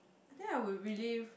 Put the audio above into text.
I think I would really